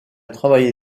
travaillé